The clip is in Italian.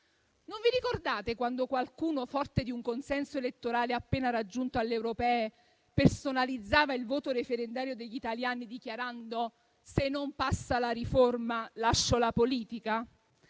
Non vi ricordate quando qualcuno, forte di un consenso elettorale appena raggiunto alle europee, personalizzava il voto referendario degli italiani, dichiarando «se non passa la riforma, lascio la politica»?